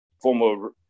former